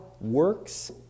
works